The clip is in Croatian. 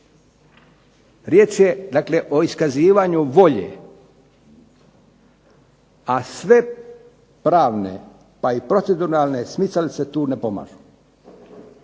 Riječ je dakle o iskazivanju volje, a sve pravne pa i proceduralne smicalice tu ne pomažu